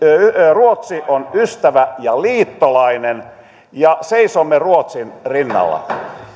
ruotsi on ystävä ja liittolainen ja seisomme ruotsin rinnalla